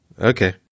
Okay